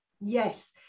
Yes